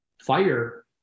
fire